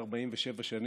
שם